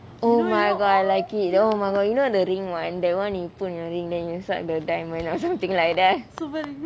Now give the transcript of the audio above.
oh my god I like it oh my god you know the ring [one] the [one] you put in the ring then suck the diamond or something like that ya